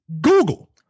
Google